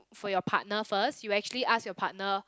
for your partner first you'll actually ask your partner